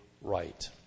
right